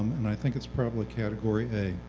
and i think it's probably category a.